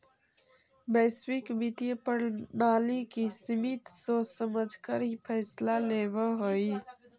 वैश्विक वित्तीय प्रणाली की समिति सोच समझकर ही फैसला लेवअ हई